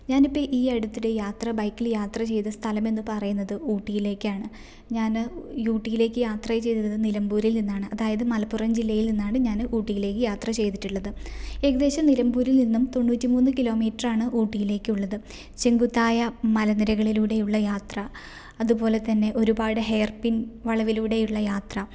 ഞാനിപ്പോൾ ഈ അടുത്തിടെ യാത്ര ബൈക്കിൽ യാത്ര ചെയ്ത സ്ഥലം എന്ന് പറയുന്നത് ഊട്ടിയിലേക്കാണ് ഞാൻ ഈ ഊട്ടിയിലേക്ക് യാത്ര ചെയ്തത് നിലമ്പൂരിൽ നിന്നാണ് അതായത് മലപ്പുറം ജില്ലയിൽ നിന്നാണ് ഞാൻ ഊട്ടിയിലേക്ക് യാത്ര ചെയ്തിട്ടുള്ളത് ഏകദേശം നിലമ്പൂരിൽ നിന്നും തൊണ്ണൂറ്റി മൂന്ന് കിലോമീറ്റർ ആണ് ഊട്ടിയിലേക്കുള്ളത് ചെങ്കുത്തായ മലനിരകളിലൂടെയുള്ള യാത്ര അതുപോലെ തന്നെ ഒരുപാട് ഹെയർപിൻ വളവിലൂടെയുള്ള യാത്ര